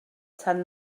tan